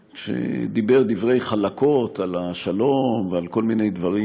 שדיבר דברי חלקות על השלום ועל כל מיני דברים,